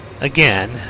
again